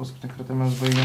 paskutinį kartą mes baigėm